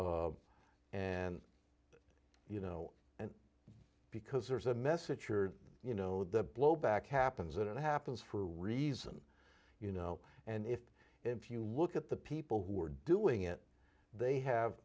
and you know and because there's a message you're you know the blowback happens it happens for a reason you know and if if you look at the people who are doing it they have